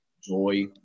joy